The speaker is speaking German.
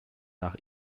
nach